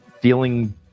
feeling